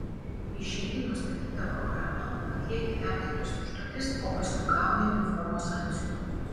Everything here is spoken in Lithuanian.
išeini nustatytą programą atlieki tam tikras užduotis o paskui gauni uniformos antsiuvą